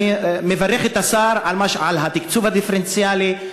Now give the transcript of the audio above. אני מברך את השר על התקצוב הדיפרנציאלי,